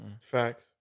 Facts